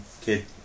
kid